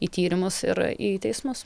į tyrimus ir į teismus